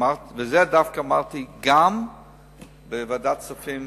אמרתי את זה גם בוועדת הכספים,